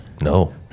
No